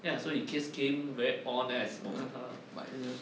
ya so he just came very on s~ eh 我看他